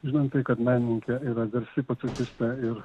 žinant tai kad menininkė yra garsi pacifistė ir